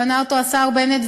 בנה אותו השר בנט,